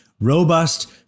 robust